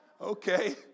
Okay